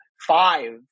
five